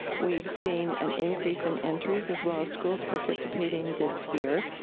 we've seen an increase in entries as well as schools participating this year.